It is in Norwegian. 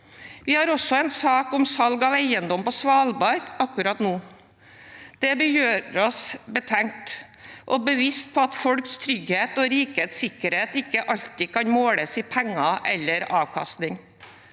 Vi har også en sak om salg av eiendom på Svalbard akkurat nå. Det bør gjøre oss betenkt og bevisst på at folks trygghet og rikets sikkerhet ikke alltid kan måles i penger eller avkastning.